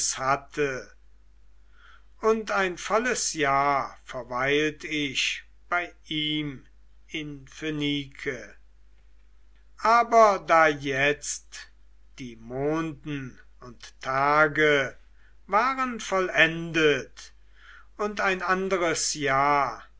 hatte und ein volles jahr verweilt ich bei ihm in phönike aber da jetzt die monden und tage waren vollendet und ein anderes jahr